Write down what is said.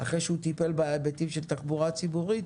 אחרי שהוא טיפל בהיבטים של התחבורה הציבורית